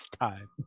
time